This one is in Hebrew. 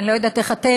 אני לא יודעת איך אתם,